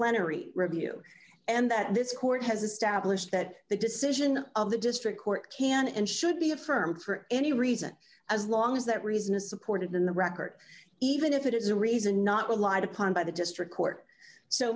plenary review and that this court has established that the decision of the district court can and should be affirmed for any reason as long as that reason is supported in the record even if it is a reason not relied upon by the district court so